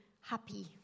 happy